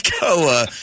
go